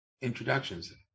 introductions